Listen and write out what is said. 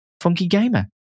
funkygamer